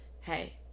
Hey